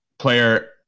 player